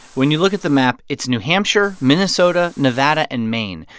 when you look at the map, it's new hampshire, minnesota, nevada and maine.